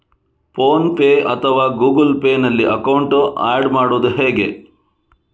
Phone pay ಅಥವಾ Google Pay ನಲ್ಲಿ account add ಮಾಡುವುದು ಹೇಗೆ?